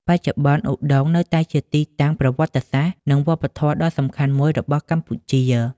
បច្ចុប្បន្ន ឧដុង្គនៅតែជាទីតាំងប្រវត្តិសាស្ត្រនិងវប្បធម៌ដ៏សំខាន់មួយរបស់កម្ពុជា។